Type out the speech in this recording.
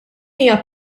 hija